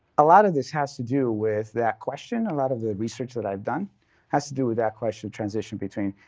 a lot of this has to do with that question. a lot of the research that i've done has to do with that question of transition between,